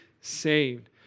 saved